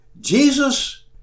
Jesus